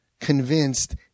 convinced